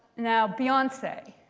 now beyonce.